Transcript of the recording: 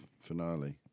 Finale